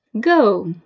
Go